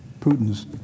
Putin's